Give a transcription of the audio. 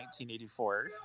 1984